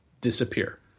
disappear